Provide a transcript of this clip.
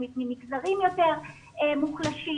ממגזרים יותר מוחלשים,